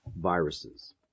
viruses